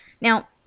Now